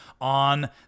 on